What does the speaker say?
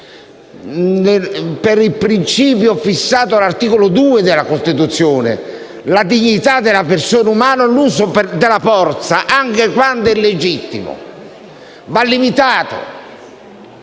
per il principio fissato all'articolo 2 della Costituzione. Per la dignità della persona umana, l'uso della forza, anche quando è legittimo, va limitato,